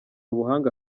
ubuhanga